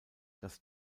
dass